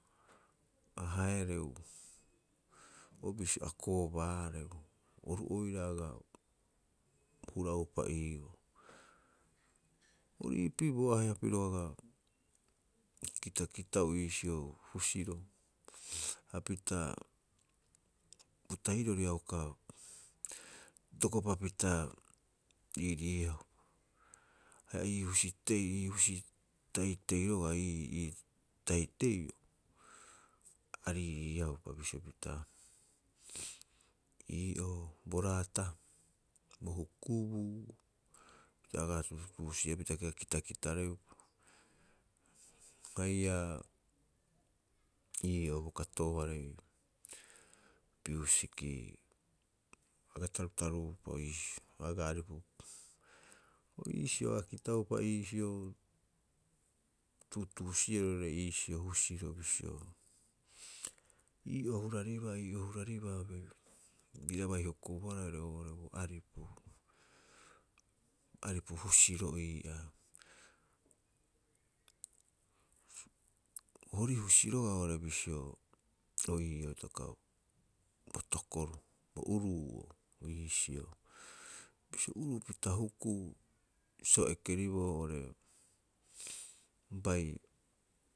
A haereu o bisio a koobaareu, oru oira aga huraupa iiboo. Ori iipii bo ahe'a piro aga kitakitau iisio husiro, hapita bo tahirori a uka itokopapita riiriiau. Ha ii husitei- ii husi tahi teio roga'a ii tahiteio a riiriiaupa bisio pita ii'oo bo raata, bo hukubuu ia aga tuutuusi'e pitee, aga kitakitareu. Haia ii'oo bokato'ooarei miusiki, aga tarutaru'uupa iisio, aga aripupa. Orii'iisio aga kitaupa iisio tuutuusi'ero oiraarei iisio husiro bisio, ii'oo huraribaa ii'oo huraribaa bira bai hokobohara oiraba oo'ore bo aripu. Aripu husiro ii'aa. Hori husi roga'a oo'ore bisio o ii'oo hitaka o bo tokoru, bo uruu'o iisio. Bisio uruu pita hukuu sa o ekeriboo oo'ore, bai.